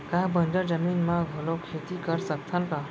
का बंजर जमीन म घलो खेती कर सकथन का?